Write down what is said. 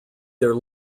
their